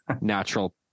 natural